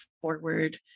forward